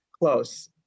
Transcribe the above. close